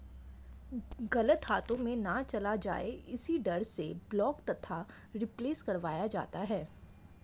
गलत हाथों में ना चला जाए इसी डर से ब्लॉक तथा रिप्लेस करवाया जाता है